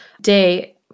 day